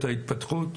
את ההתפתחות?